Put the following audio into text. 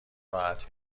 راحت